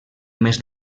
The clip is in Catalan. més